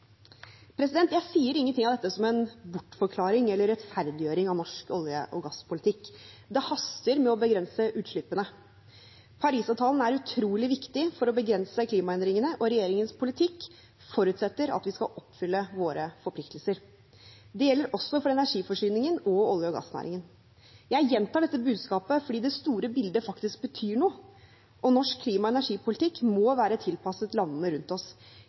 Jeg sier ingenting av dette som en bortforklaring eller rettferdiggjøring av norsk olje- og gasspolitikk. Det haster med å begrense utslippene. Parisavtalen er utrolig viktig for å begrense klimaendringene, og regjeringens politikk forutsetter at vi skal oppfylle våre forpliktelser. Det gjelder også for energiforsyningen og olje- og gassnæringen. Jeg gjentar dette budskapet fordi det store bildet faktisk betyr noe, og norsk klima- og energipolitikk må være tilpasset landene rundt oss.